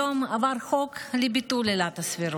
היום עבר חוק לביטול עילת הסבירות,